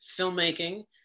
filmmaking